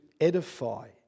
edify